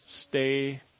stay